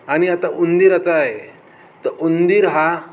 आणि आता उंदीराचं आहे तर उंदीर हा